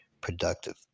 productive